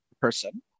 person